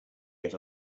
get